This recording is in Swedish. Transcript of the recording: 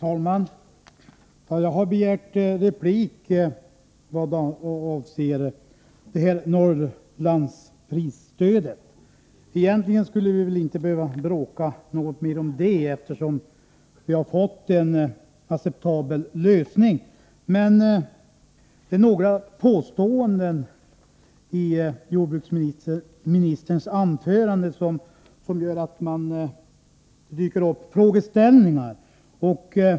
Fru talman! Jag har begärt replik i vad avser Norrlandsprisstödet. Egentligen skulle vi väl inte behöva bråka mer om det, eftersom vi har fått en acceptabel lösning, men några påståenden i jordbruksministerns anförande gör att vissa frågeställningar dyker upp.